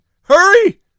Hurry